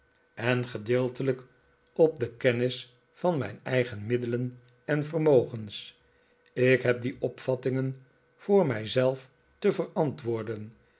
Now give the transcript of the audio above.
en gedeeltelijk op de kennis van mijn eigen middelen en vermogens ik heb die opvattingen voor mij zelf te verantwoorden